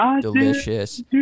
delicious